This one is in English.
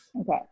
Okay